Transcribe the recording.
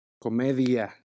Comedia